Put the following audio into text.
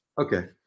Okay